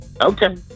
Okay